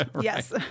Yes